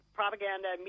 propaganda